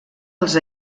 els